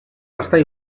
restar